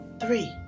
three